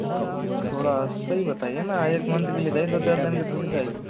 जी थोड़ा सही बताइए न एक मंथ के लिए चाहिए दो चार दिन के लिए थोड़ी चाहिए